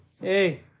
hey